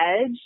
edge